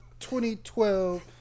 2012